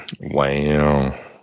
Wow